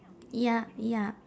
ya ya